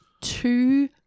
two